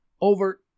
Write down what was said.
over